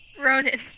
Ronan